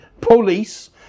POLICE